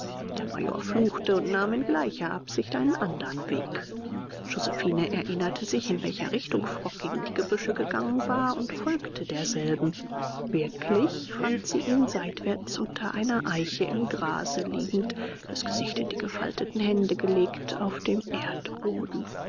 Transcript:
der major fluchte und nahm in gleicher absicht einen andern weg josephine erinnerte sich in welcher richtung frock gegen die gebüsche gegangen war und folgte derselben wirklich fand sie ihn seitwärts unter einer eiche im grase liegend das gesicht in die gefalteten hände gelegt auf dem erdboden